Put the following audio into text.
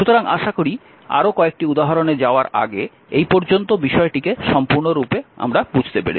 সুতরাং আমি আশা করি আরও কয়েকটি উদাহরণে যাওয়ার আগে এই পর্যন্ত বিষয়টিকে সম্পূর্ণরূপে বুঝতে পেরেছি